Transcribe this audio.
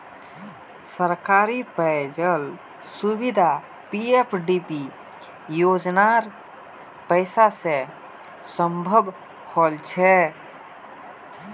सरकारी पेय जल सुविधा पीएफडीपी योजनार पैसा स संभव हल छ